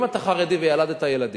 אם אתה חרדי וילדת ילדים